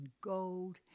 gold